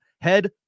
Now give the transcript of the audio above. Head